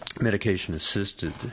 medication-assisted